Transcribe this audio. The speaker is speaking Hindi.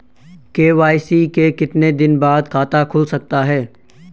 के.वाई.सी के कितने दिन बाद खाता खुल सकता है?